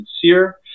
sincere